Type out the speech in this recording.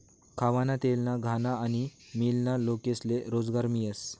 खावाना तेलना घाना आनी मीलमा लोकेस्ले रोजगार मियस